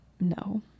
no